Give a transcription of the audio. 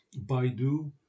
Baidu